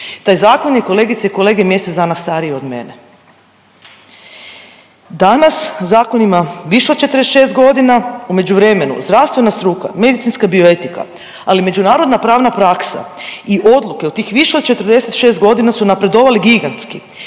Taj zakon je kolegice i kolege mjesec dana stariji od mene. Danas zakon ima više od 46 godina, a u međuvremenu zdravstvena struka, medicinska bioetika ali i međunarodna pravna praksa i odluke u tih više od 46 godina su napredovali gigantski